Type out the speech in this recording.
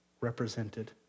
represented